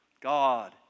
God